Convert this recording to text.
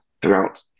Throughout